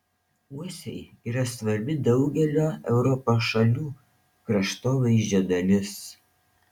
uosiai yra svarbi daugelio europos šalių kraštovaizdžio dalis